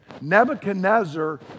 Nebuchadnezzar